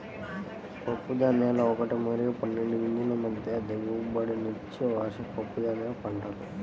పప్పుధాన్యాలు ఒకటి మరియు పన్నెండు గింజల మధ్య దిగుబడినిచ్చే వార్షిక పప్పుధాన్యాల పంటలు